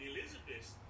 Elizabeth